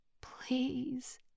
Please